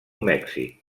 mèxic